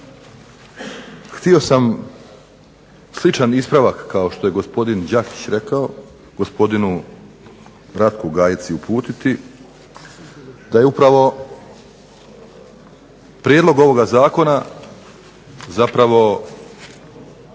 Htio sam sličan ispravak kao što je gospodin Đakić rekao gospodinu Ratku Gajici uputiti da je upravo prijedlog ovoga zakona zapravo